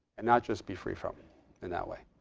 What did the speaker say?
and not just be free from in that way.